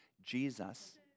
Jesus